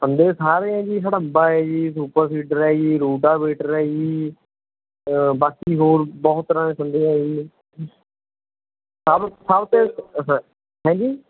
ਸੰਦੇ ਸਾਰੇ ਹੈ ਜੀ ਹੜੰਬਾ ਹੈ ਜੀ ਸੁਪਰ ਸੀਡਰ ਹੈ ਜੀ ਰੂਟਾਵੀਟਰ ਹੈ ਜੀ ਬਾਕੀ ਹੋਰ ਬਹੁਤ ਤਰ੍ਹਾਂ ਦੇ ਸੰਦੇ ਹੈ ਜੀ ਸਭ ਸਭ ਤੋਂ ਹੈਂਜੀ